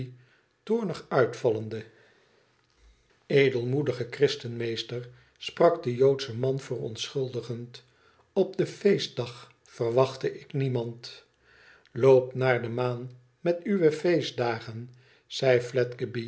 toornig uitvallende edelmoedige christenmeester sprak de joodsche man verontschuldigend top den feestdag verwachtte ik niemaind loop naar de maan met uwe feestdagen zei